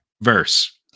Verse